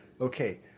okay